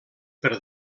per